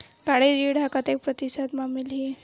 गाड़ी ऋण ह कतेक प्रतिशत म मिलही?